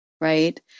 Right